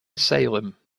salem